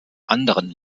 anderen